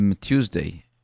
Tuesday